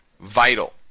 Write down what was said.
vital